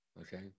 okay